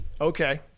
Okay